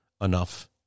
enough